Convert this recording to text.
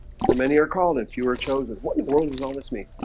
for many are called if you were chosen. what role does all this mean